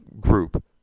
group